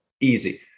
easy